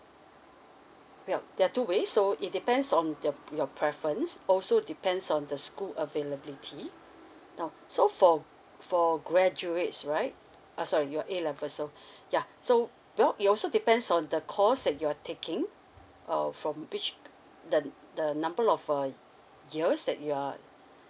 yup there are two ways so it depends on your p~ your preference also depends on the school availability now so for for graduates right uh sorry you are A level so yeah so well it also depends on the course that you are taking uh from which the the number of uh years that you are